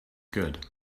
good